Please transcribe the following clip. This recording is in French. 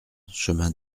chemin